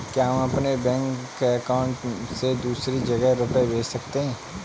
क्या हम अपने बैंक अकाउंट से दूसरी जगह रुपये भेज सकते हैं?